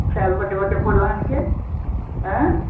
शैल बड्डे बड्डे फुल्ल आंह्नगे हैं